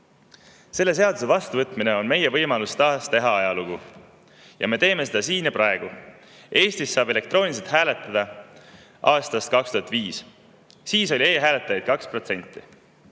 Selle seaduse vastuvõtmine on meie võimalus taas teha ajalugu ja me teeme seda siin ja praegu. Eestis saab elektrooniliselt hääletada aastast 2005, siis oli e-hääletajaid 2%,